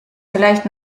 vielleicht